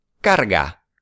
carga